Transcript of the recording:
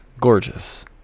gorgeous